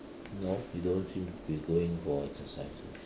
no you don't seem to be going for exercises